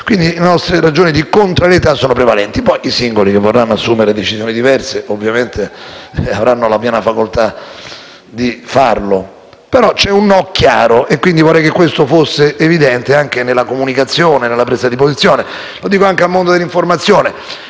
Le nostre ragioni di contrarietà sono quindi prevalenti e poi i singoli che vorranno assumere decisioni diverse avranno ovviamente la piena facoltà di farlo; però, c'è un no chiaro, e vorrei che fosse evidente anche nella comunicazione e nella presa di posizione. Lo dico anche al mondo dell'informazione: